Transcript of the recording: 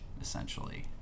essentially